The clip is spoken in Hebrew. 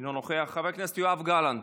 אינו נוכח, חבר הכנסת יואב גלנט,